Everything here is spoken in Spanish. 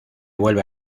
vuelve